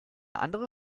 andere